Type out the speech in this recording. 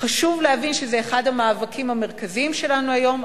חשוב להבין שזה אחד המאבקים המרכזיים שלנו היום.